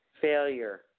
failure